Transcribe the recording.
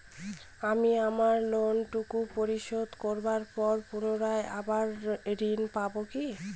আমি আমার লোন টুকু পরিশোধ করবার পর পুনরায় আবার ঋণ পাবো কি?